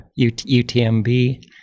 UTMB